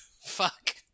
fuck